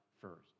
first